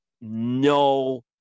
no